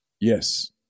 Yes